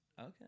okay